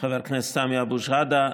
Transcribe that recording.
חבר הכנסת סמי אבו שחאדה,